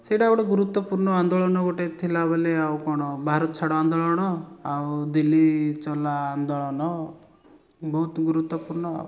ସେଇଟା ଗୋଟେ ଗୁରୁତ୍ଵପୁର୍ଣ୍ଣ ଆନ୍ଦୋଳନ ଗୋଟେ ଥିଲା ବୋଲି ଆଉ କ'ଣ ଭାରତ ଛାଡ଼ ଆନ୍ଦୋଳନ ଆଉ ଦିଲ୍ଲୀ ଚଲା ଆନ୍ଦୋଳନ ବହୁତ ଗୁରୁତ୍ଵପୂର୍ଣ୍ଣ ଆଉ